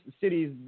cities